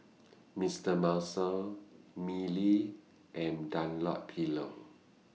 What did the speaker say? Mister Muscle Mili and Dunlopillo